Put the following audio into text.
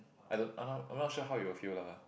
I don't I not I'm not sure how you will feel lah